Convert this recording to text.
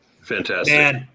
Fantastic